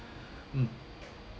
mm